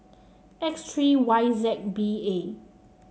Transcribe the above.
X three Y Z B A